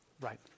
Right